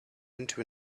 into